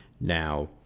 Now